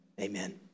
Amen